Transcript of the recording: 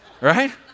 right